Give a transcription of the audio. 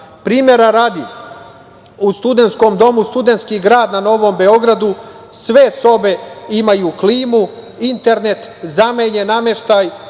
radi, u studentskom domu „Studentski grad“ na Novom Beogradu, sve sobe imaju klimu, internet, zamenjen nameštaj